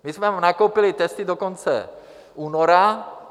My jsme nakoupili testy dokonce února.